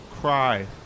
cry